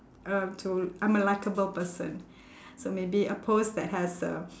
uh to I'm a likeable person so maybe a pose that has uh